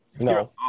No